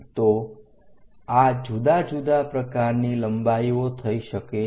તો આ જુદા જુદા પ્રકારની લંબાઈઓ થઈ શકે છે